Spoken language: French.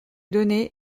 données